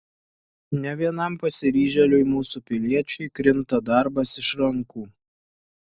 ne vienam pasiryžėliui mūsų piliečiui krinta darbas iš rankų